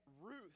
Ruth